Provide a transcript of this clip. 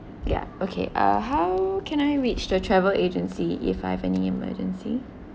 ya okay uh how can I reach the travel agency if I have any emergency